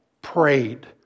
Prayed